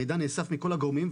המידע נאסף מכל הגורמים,